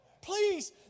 Please